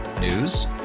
News